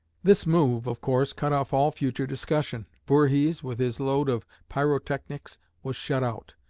this move, of course, cut off all future discussion. voorhees, with his load of pyrotechnics was shut out.